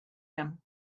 him